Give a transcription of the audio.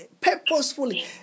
purposefully